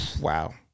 Wow